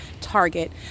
Target